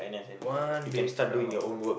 one big round